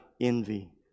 envy